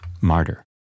Martyr